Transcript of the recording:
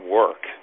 work